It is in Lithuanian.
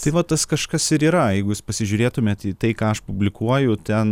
tai vat tas kažkas ir yra jeigu jūs pasižiūrėtumėt į tai ką aš publikuoju ten